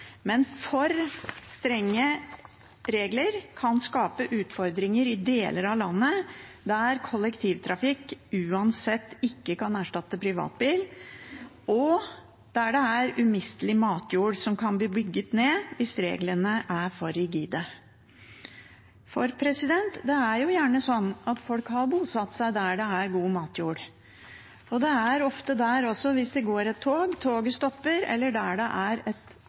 Men for strenge regler kan skape utfordringer i deler av landet der kollektivtrafikk uansett ikke kan erstatte privatbil, og der det er umistelig matjord som kan bli bygd ned hvis reglene er for rigide. Det er gjerne sånn at folk har bosatt seg der det er god matjord, og det er ofte også der – hvis det går et tog – at toget stopper, eller at det er veikryss som anses som et